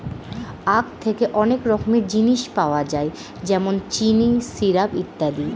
আঁখ থেকে অনেক রকমের জিনিস পাওয়া যায় যেমন চিনি, সিরাপ, ইত্যাদি